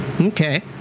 Okay